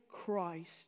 Christ